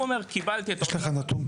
הוא אומר קיבלתי --- יש לך נתון,